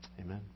Amen